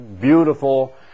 beautiful